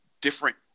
different